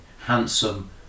handsome